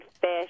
fish